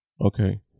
Okay